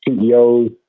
ceos